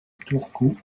turku